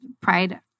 pride